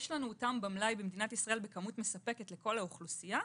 יש לנו אותם במלאי בכמות מספקת לכל האוכלוסייה,